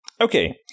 Okay